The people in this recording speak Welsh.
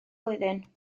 blwyddyn